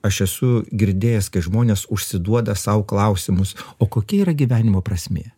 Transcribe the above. aš esu girdėjęs kai žmonės užsiduoda sau klausimus o kokia yra gyvenimo prasmė